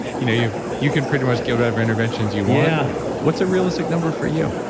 you know you you can pretty much get whatever interventions you want, yeah what's a realistic number for you?